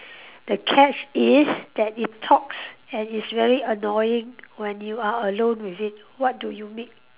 the catch is that it talks and it's really annoying when you are alone with it what do you make